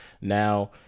Now